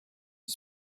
het